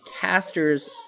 caster's